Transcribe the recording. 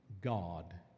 God